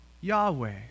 Yahweh